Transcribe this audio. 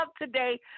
today